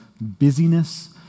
busyness